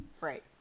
Right